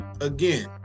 again